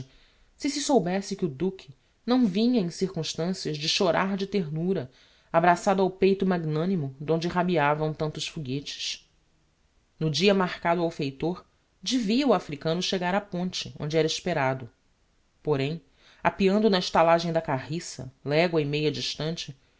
se soubesse que o duque não vinha em circumstancias de chorar de ternura abraçado ao peito magnanimo d'onde rabiavam tantos foguetes no dia marcado ao feitor devia o africano chegar á ponte onde era esperado porém apeando na estalagem da carriça legua e meia distante